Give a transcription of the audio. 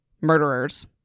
Murderers